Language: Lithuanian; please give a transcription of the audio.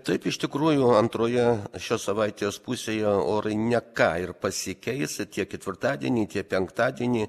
taip iš tikrųjų antroje šios savaitės pusėje orai ne ką ir pasikeis tiek ketvirtadienį penktadienį